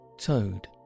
Toad